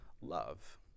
love